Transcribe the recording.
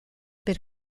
per